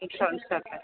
it's okay